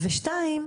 שתיים,